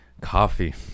coffee